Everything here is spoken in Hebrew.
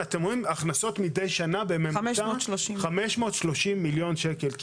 ההכנסות מידי שנה הן 530 מיליון שקל בממוצע,